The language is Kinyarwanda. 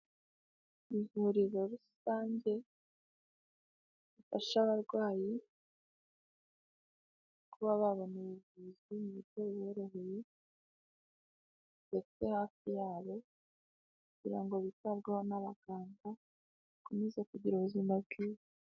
Ivuriro rusange rifasha abarwayi kuba babona ubuvuzi mu buryo buboroheye, ndetse hafi yabo, kugira ngo bitabweweho n'abaganga, bakomeze kugira ubuzima bwiza.